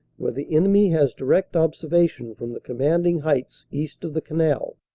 where the enemy has direct observation from the commanding heights east of the canal.